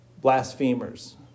blasphemers